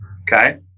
okay